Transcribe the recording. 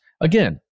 Again